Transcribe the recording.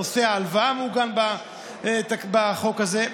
נושא ההלוואה מעוגן בחוק הזה.